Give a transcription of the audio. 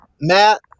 Matt